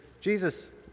Jesus